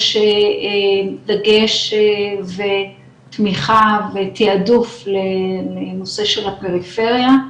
יש דגש ותמיכה ותעדוף לנושא של הפריפריה,